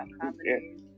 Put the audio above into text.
comedies